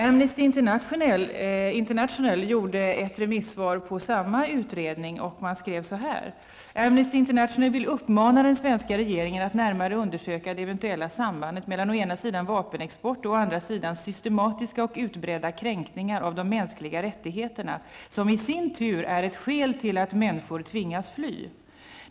Amnesty International gav ett remissvar på samma utredning där man skrev: ''Amnesty International vill uppmana den svenska regeringen att närmare undersöka det eventuella sambandet mellan å ena sidan vapenexport och å andra sidan systematiska och utbredda kränkningar av de mänskliga rättigheterna, som i sin tur är ett skäl till att människor tvingas på flykt.